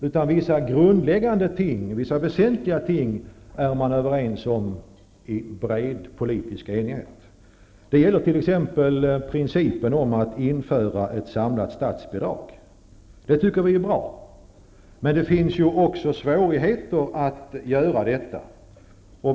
Man har uppnått en bred politisk enighet om vissa grundläggande väsentliga ting. Det gäller t.ex. principen om att införa ett samlat statsbidrag, vilket vi tycker är bra. Men det finns också svårigheter förknippade med att införa ett sådant.